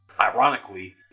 Ironically